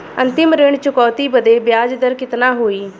अंतिम ऋण चुकौती बदे ब्याज दर कितना होई?